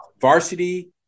varsity